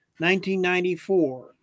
1994